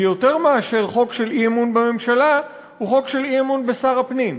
ויותר מאשר חוק של אי-אמון בממשלה הוא חוק של אי-אמון בשר הפנים.